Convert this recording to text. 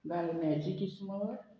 गाल्म्यांची किसमूर